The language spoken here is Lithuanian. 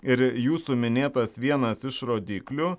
ir jūsų minėtas vienas iš rodyklių